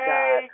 God